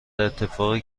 اتفاقی